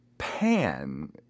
pan